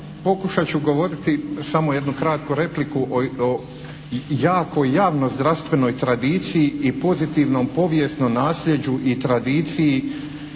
pokušati ću govoriti samo jednu kratku repliku o jako javnoj zdravstvenoj tradiciji i pozitivnom povijesnom naslijeđu i tradiciji